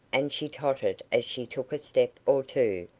and she tottered as she took a step or two,